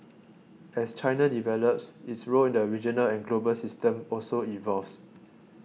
as China develops its role in the regional and global system also evolves